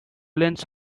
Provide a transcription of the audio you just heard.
lens